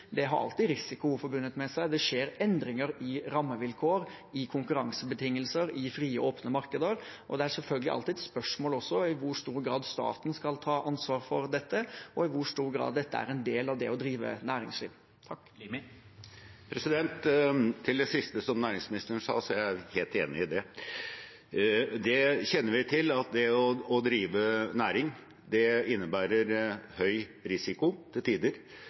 har risiko forbundet med seg. Det skjer endringer i rammevilkår og konkurransebetingelser i frie, åpne markeder, og det er selvfølgelig alltid et spørsmål om i hvor stor grad staten skal ta ansvar for dette, og i hvor stor grad dette er en del av det å drive næringsliv. Til det siste som næringsministeren sa: Jeg er helt enig i det. Det kjenner vi til, at det å drive næring innebærer høy risiko til tider.